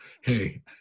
hey